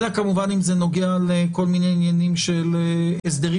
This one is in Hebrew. אלא כמובן אם זה נוגע לכל מיני עניינים של הסדרים